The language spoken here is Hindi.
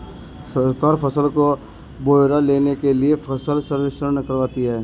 सरकार फसल का ब्यौरा लेने के लिए फसल सर्वेक्षण करवाती है